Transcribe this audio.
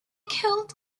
killed